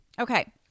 Okay